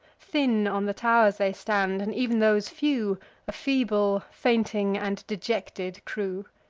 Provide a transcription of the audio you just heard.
thin on the tow'rs they stand and ev'n those few a feeble, fainting, and dejected crew.